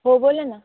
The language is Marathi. हो बोला ना